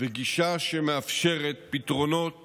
וגישה שמאפשרת פתרונות